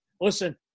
listen –